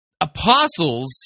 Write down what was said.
apostles